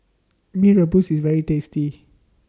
Mee Rebus IS very tasty